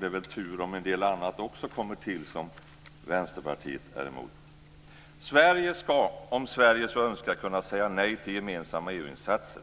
Det är väl tur om en del annat som Vänsterpartiet också är emot kommer till. Sverige ska, om Sverige så önskar, kunna säga nej till gemensamma EU-insatser.